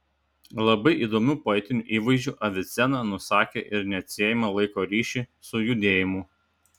labai įdomiu poetiniu įvaizdžiu avicena nusakė ir neatsiejamą laiko ryšį su judėjimu